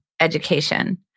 education